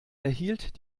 erhielt